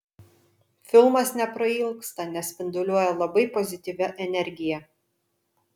filmas neprailgsta nes spinduliuoja labai pozityvia energija